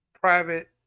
private